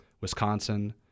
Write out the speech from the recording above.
Wisconsin